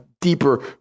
deeper